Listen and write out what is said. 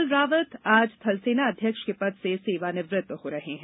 general Rawat आज थलसेना अध्यक्ष के पद से सेवानिवृत हो रहे हैं